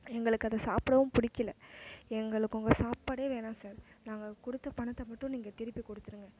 எங்களுக்கு அதை சாப்பிடவும் பிடிக்கல எங்களுக்கு உங்கள் சாப்பாடே வேணாம் சார் நாங்கள் கொடுத்த பணத்தை மட்டும் நீங்கள் திருப்பி கொடுத்துருங்க